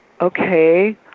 okay